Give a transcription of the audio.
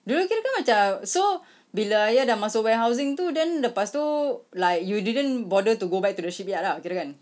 dulu kirakan macam so bila ayah dah masuk warehousing tu then lepas tu like you didn't bother to go back to the shipyard lah kirakan